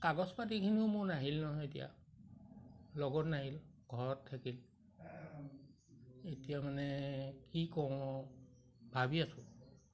কাগজ পাতিখিনিও মোৰ নাহিল নহয় এতিয়া লগত নাহিল ঘৰত থাকিল এতিয়া মানে কি কৰোঁ ভাবি আছোঁ